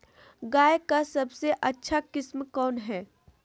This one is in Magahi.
गाय का सबसे अच्छा किस्म कौन हैं?